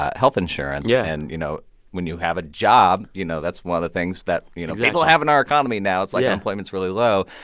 health insurance yeah and, you know when you have a job, you know, that's one of the things that, you know, people have in our economy now. it's like. yeah. unemployment's really low.